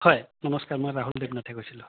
হয় নমস্কাৰ মই ৰাহুল দেৱনাথে কৈছিলোঁ